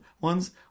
ones